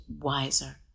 wiser